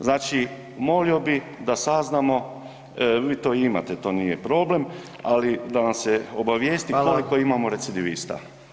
Znači, molio bi da saznamo, vi to imate, to nije problem, ali da nas se obavijesti koliko imamo [[Upadica: Hvala]] recidivista?